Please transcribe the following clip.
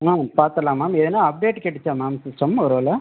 ma'am பாத்துடலாம் ma'am எதுனா update கேட்டுச்சா மேம் சிஸ்டம் ஒருவேளை